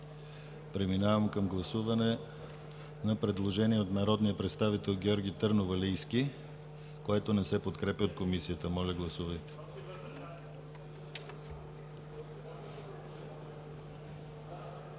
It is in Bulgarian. Преминаваме към гласуване на предложението от народния представител Георги Търновалийски, което не се подкрепя от Комисията. Гласували